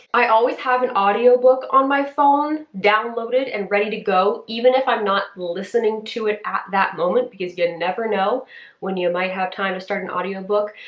i always have an audio book on my phone downloaded and ready to go even if i'm not listening to it at that moment because you never know when you might have time to start an audiobook.